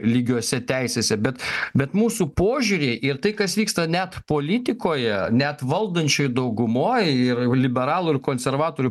lygiose teisėse bet bet mūsų požiūrį ir tai kas vyksta net politikoje net valdančiojoj daugumoj ir liberalų ir konservatorių